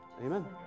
amen